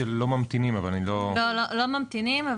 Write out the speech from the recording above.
לא ממתינים.